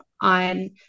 on